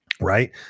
right